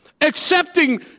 accepting